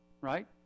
right